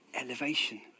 elevation